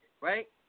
Right